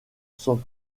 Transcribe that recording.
sans